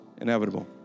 inevitable